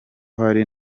hari